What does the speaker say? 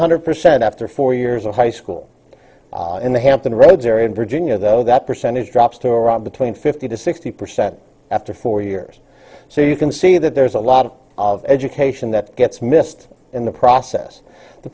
hundred percent after four years of high school in the hampton roads area of virginia though that percentage drops to around between fifty to sixty percent after four years so you can see that there is a lot of education that gets missed in the process the